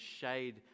shade